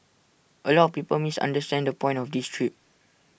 A lot of people misunderstand the point of this trip